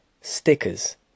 stickers